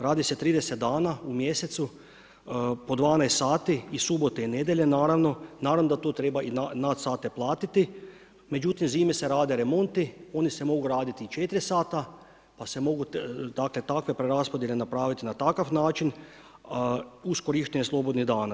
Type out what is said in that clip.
Radi se 30 dana u mjesecu po 12 sati i subote i nedjelje naravno, naravno da tu treba i nad sate platiti, međutim zime se rade remonti, oni se mogu raditi i 4 sata, ali se mogu dakle takve preraspodjele napraviti na takav način uz korištenje slobodnih dana.